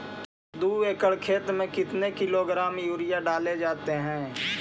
दू एकड़ खेत में कितने किलोग्राम यूरिया डाले जाते हैं?